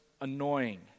annoying